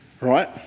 right